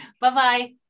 Bye-bye